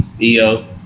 EO